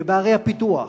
ובערי הפיתוח.